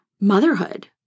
motherhood